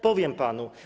Powiem panu.